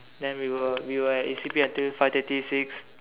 then we were we were at E_C_P until five thirty six